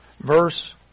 Verse